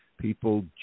people